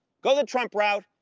go the trump route,